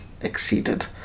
exceeded